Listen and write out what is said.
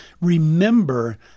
remember